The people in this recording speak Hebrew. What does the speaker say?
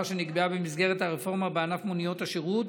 שנקבעה במסגרת הרפורמה בענף מוניות השירות.